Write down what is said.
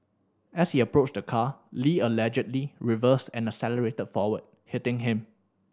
as he approached the car Lee allegedly reversed and accelerated forward hitting him